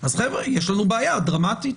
אז יש לנו בעיה דרמטית,